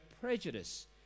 prejudice